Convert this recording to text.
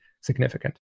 significant